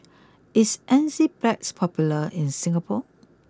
is Enzyplex popular in Singapore